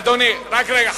אדוני, רק רגע.